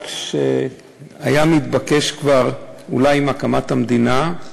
שהיה מתבקש כבר אולי עם הקמת המדינה,